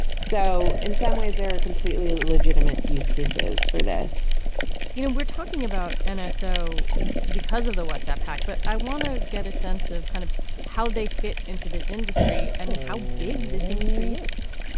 so in some ways they're are completely legitimate use cases for this you know we're talking about an hour ah so because of the whatsapp hack. but i want to get a sense of kind of how they fit into this industry and how big this industry is